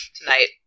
tonight